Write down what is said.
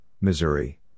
Missouri